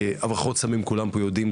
הברחות סמים - כולם פה יודעים,